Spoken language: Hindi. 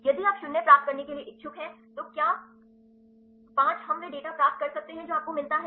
यदि आप 0प्राप्त करने के लिए इच्छुक हैं तो क्या से 5 हम वह डेटा प्राप्त कर सकते हैं जो आपको मिलता है